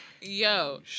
yo